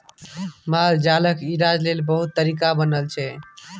मालजालक इलाज लेल बहुत तरीका बनल छै